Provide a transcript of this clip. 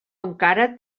encara